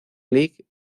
league